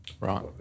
Right